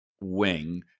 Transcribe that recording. wing